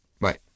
Right